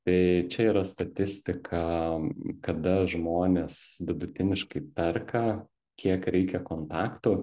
tai čia yra statistika kada žmonės vidutiniškai perka kiek reikia kontaktų